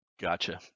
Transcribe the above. Gotcha